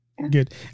good